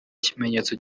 kimenyetso